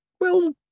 Well